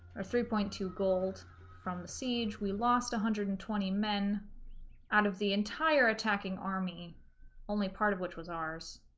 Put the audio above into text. or three point two gold from siege we lost one hundred and twenty men out of the entire attacking army only part of which was ours